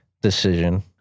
decision